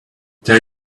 there